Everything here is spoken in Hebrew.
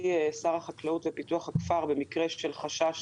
שר החקלאות ופיתוח הכפר במקרה של חשש